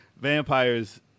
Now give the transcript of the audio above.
Vampires